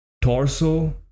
torso